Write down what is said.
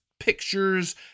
Pictures